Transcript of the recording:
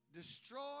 destroy